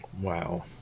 Wow